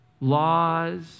laws